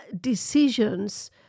decisions